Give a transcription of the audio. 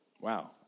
Wow